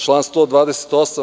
Član 128.